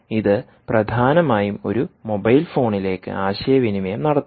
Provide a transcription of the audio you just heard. ഇത് പ്രധാനമായും ഒരു മൊബൈൽഫോണിലേക്ക് ആശയവിനിമയം നടത്തുന്നു